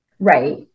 Right